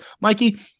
Mikey